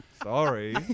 Sorry